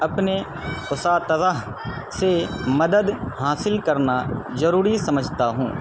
اپنے اساتذہ سے مدد حاصل کرنا ضروری سمجھتا ہوں